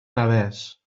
navès